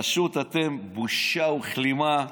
פשוט אתם בושה וכלימה.